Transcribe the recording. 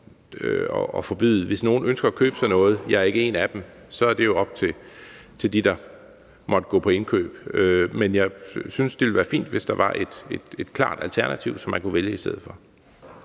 om. Hvis nogen ønsker at købe sådan noget – jeg er ikke en af dem – er det jo op til dem, der måtte gå på indkøb. Men jeg synes, det ville være fint, hvis der var et klart alternativ, som man kunne vælge i stedet for.